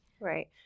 Right